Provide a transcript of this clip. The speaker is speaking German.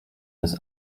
des